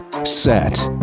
Set